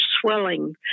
swelling